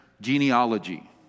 genealogy